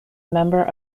member